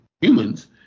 humans